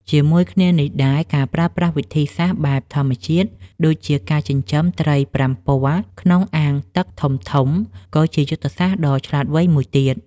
ជាមួយគ្នានេះដែរ ការប្រើប្រាស់វិធីសាស្ត្របែបធម្មជាតិដូចជាការចិញ្ចឹមត្រីប្រាំពណ៌នៅក្នុងអាងទឹកធំៗ ក៏ជាយុទ្ធសាស្ត្រដ៏ឆ្លាតវៃមួយទៀត។